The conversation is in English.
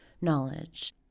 knowledge